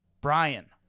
Brian